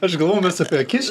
aš galvojau mes apie akis